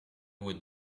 would